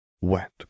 wet